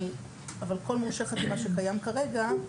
אבל כל מורשה חתימה שקיים כרגע,